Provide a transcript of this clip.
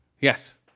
Yes